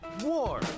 war